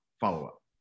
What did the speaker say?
follow-up